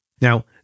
Now